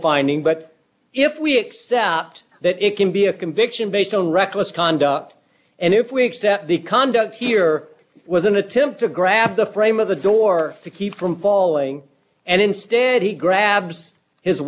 finding but if we accept that it can be a conviction based on reckless conduct and if we accept the conduct here was an attempt to grab the frame of the door to keep from pawling and instead he grabs his